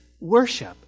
worship